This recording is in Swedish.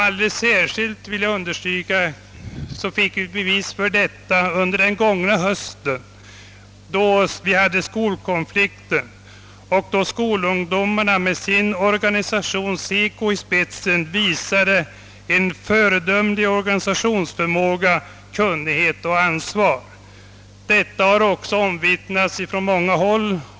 Alldeles särskilt vill jag understryka att vi fick ett bevis för denna inställning vid skolkonflikten under den gångna hösten, då skolungdomarna med sin organisation SECO i spetsen visade kunnighet, ansvar och en föredömlig organisationsförmåga, vilket har omvittnats från många håll.